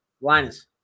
Linus